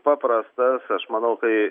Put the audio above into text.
paprastas aš manau kai